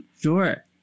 Sure